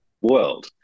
world